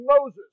Moses